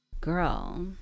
Girl